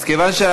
אז כיוון,